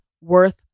worth